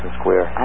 square